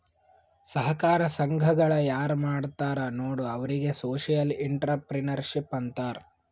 ಸಹಕಾರ ಸಂಘಗಳ ಯಾರ್ ಮಾಡ್ತಾರ ನೋಡು ಅವ್ರಿಗೆ ಸೋಶಿಯಲ್ ಇಂಟ್ರಪ್ರಿನರ್ಶಿಪ್ ಅಂತಾರ್